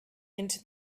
into